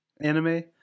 anime